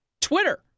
Twitter